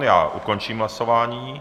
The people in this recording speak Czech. Já ukončím hlasování.